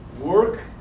Work